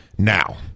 Now